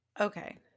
Okay